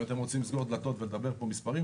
אם אתם רוצים לסגור דלתות ולדבר פה מספרים,